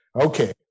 Okay